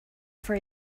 for